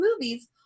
movies